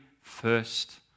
first